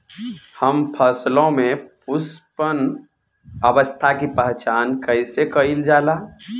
हम फसलों में पुष्पन अवस्था की पहचान कईसे कईल जाला?